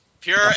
Pure